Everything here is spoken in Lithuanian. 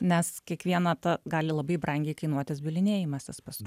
nes kiekviena ta gali labai brangiai kainuotis bylinėjimasis pask